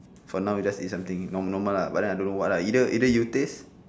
for now we just eat something norm~ normal lah but then I don't know what lah either either you taste